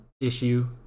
issue